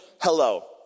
hello